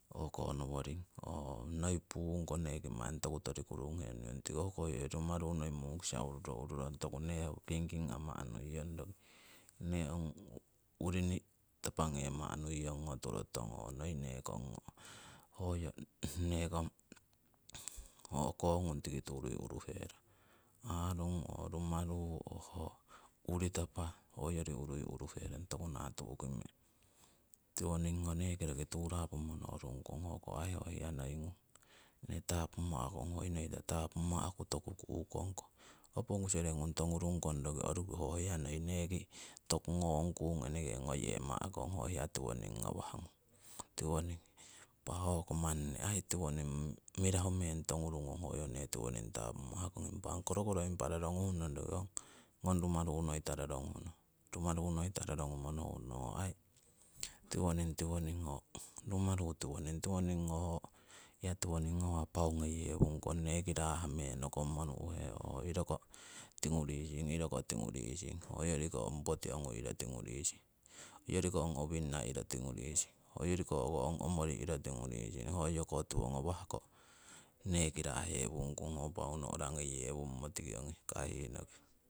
O'ko ngoworing noi puung ko neki manni toku torikurung he niuyong tiko hoko hoiyori ruumarau noi muukisa ururo ururong toku nee ho kingking amah nuiyong, roki nee ong urinii taapangee ma'nuiyong ngo turotong noi nekong ngo, hoiyo nekong o'ko ngung tiki uruii uruherong aarung or rumaru oh urii tapa hoi yori uruii uruheroong toku naahah tuuki meng. Tiwoningo nekii roki turapuu monongkong hoko ai ho hia noi neeh tapuumah kong hoi noita tapuma'ku toku kukongkong ho ponguu seregung tongurungkong roki oruki ho hiya noi nekii toku ngong kung eneke ngoyema'kong ho hiya tiwoning ngawahgung tiwoning. Impa hoko manni aii tiwoning mirahu meng tongu rungkong hoyo nee tiwoning taapuma'kong. Impa ong korokoro roronguh nong ngong roki ong ngong rumaru noita roronguhnong rumaru noita rorongumo nohuhnong ho aii tiwoning tiwoning ho rumaruu tiwoning tiwoning ho hiya tiwoning ngawah ho paau ngoyewungkong neki raahme' nokommo nu'he iroko tingu rising, iroko tingu rising, hoi nyoriko poti ong ongu tingu rising hoi yoriko owinna tingu rising hoyori ong omori tingu rising, hoyoko tiwo ngawahko nekii raahewungkong ho paau nora neyewungmo tiki ongi kahihnoki